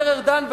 אומר ארדן,